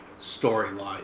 storyline